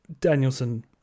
Danielson